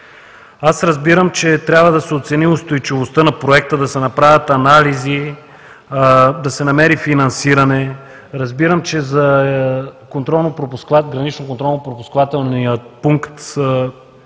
Аз разбирам, че трябва да се оцени устойчивостта на Проекта, да се направят анализи, да се намери финансиране, разбирам, че за граничния контролно- пропускателен пункт от